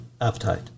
appetite